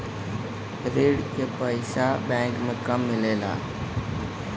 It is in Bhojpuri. ऋण के पइसा बैंक मे कब मिले ला?